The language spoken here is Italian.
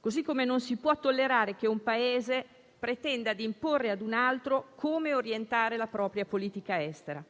così come non si può tollerare che un Paese pretenda di imporre a un altro come orientare la propria politica estera.